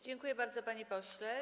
Dziękuję bardzo, panie pośle.